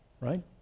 right